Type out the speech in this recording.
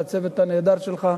לצוות הנהדר שלך,